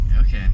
Okay